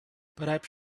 perhaps